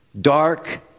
dark